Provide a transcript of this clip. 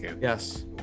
Yes